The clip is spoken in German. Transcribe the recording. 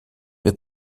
mir